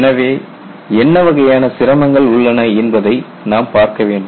எனவே என்ன வகையான சிரமங்கள் உள்ளன என்பதை நாம் பார்க்க வேண்டும்